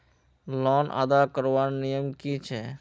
Loan अदा करवार नियम की छे?